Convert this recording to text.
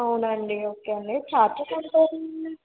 అవునా అండీ ఓకే అండీ ఛార్జెస్ ఎంత అవుతాయండీ